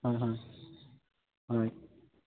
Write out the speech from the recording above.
হয় হয় হয়